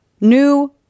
New